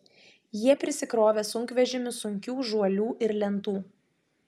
jie prisikrovė sunkvežimius sunkių žuolių ir lentų